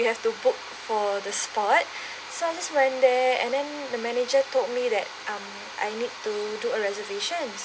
you have too book for the spot so I just went there and then the manager told me that um I need to do a reservation